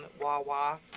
Wawa